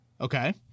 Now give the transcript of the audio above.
Okay